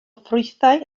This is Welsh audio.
ffrwythau